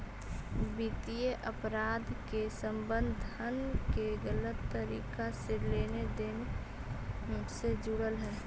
वित्तीय अपराध के संबंध धन के गलत तरीका से लेन देन से जुड़ल हइ